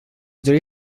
dori